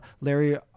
Larry